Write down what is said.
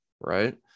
right